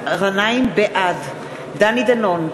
בעד דני דנון,